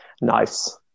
Nice